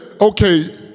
okay